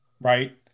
right